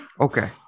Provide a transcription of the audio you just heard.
okay